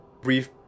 brief